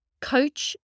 coach